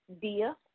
Dia